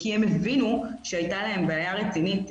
כי הם הבינו שהייתה להם בעיה רצינית,